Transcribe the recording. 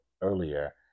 earlier